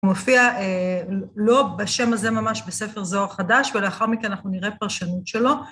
מופיע לא בשם הזה ממש, בספר זוהר חדש, ולאחר מכן אנחנו נראה פרשנות שלו.